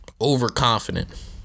overconfident